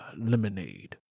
lemonade